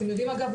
אתם יודעים אגב,